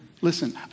Listen